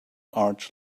arch